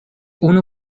unu